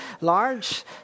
large